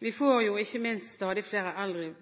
Vi får jo ikke minst stadig flere eldre